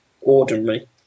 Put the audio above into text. ordinary